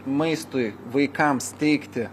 maistui vaikams teikti